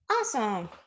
Awesome